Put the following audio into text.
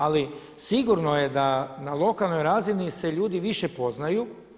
Ali sigurno je da na lokalnoj razini se ljudi više poznaju.